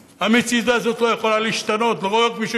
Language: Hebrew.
המציאות הזאת לא יכולה לקרות לא רק משום